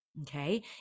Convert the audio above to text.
Okay